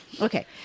Okay